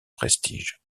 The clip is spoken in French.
prestige